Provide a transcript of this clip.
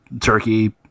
turkey